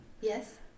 Yes